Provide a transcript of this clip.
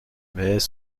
mais